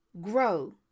grow